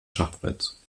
schachbretts